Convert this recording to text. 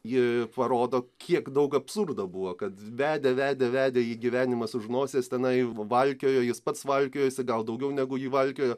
ji parodo kiek daug absurdo buvo kad vedė vedė vedė jį gyvenimas už nosies tenai valkiojo jis pats valkiojosi gal daugiau negu jį valkiojo